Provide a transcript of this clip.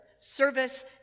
service